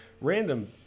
random